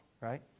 right